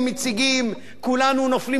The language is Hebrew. כולנו נופלים שדודים לרגליהם.